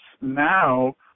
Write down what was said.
now